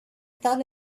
thought